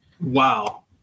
Wow